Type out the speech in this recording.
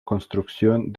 construcción